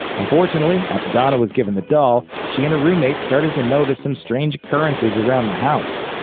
unfortunately, after donna was given the doll, she and her roommate started to notice some strange occurrences around the house.